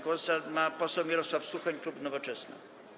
Głos ma poseł Mirosław Suchoń, klub Nowoczesna.